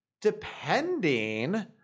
depending